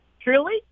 Truly